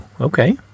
okay